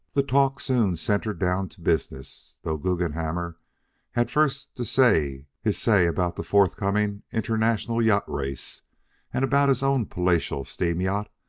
the talk soon centred down to business, though guggenhammer had first to say his say about the forthcoming international yacht race and about his own palatial steam yacht,